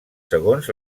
segons